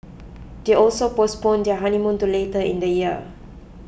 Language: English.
they also postponed their honeymoon to later in the year